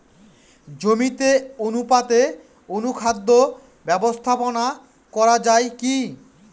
জমিতে অনুপাতে অনুখাদ্য ব্যবস্থাপনা করা য়ায় কি?